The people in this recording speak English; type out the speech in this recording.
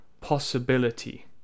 possibility